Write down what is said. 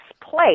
place